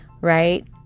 Right